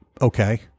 okay